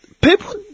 people